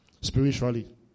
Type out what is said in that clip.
spiritually